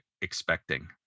expecting